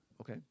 Okay